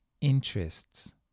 interests